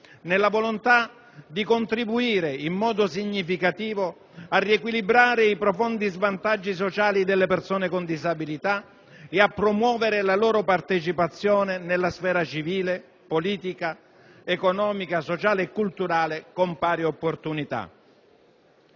nella volontà di contribuire in modo significativo a riequilibrare i profondi svantaggi sociali delle persone con disabilità e a promuovere la loro partecipazione nella sfera civile, politica, economica, sociale e culturale, con pari opportunità.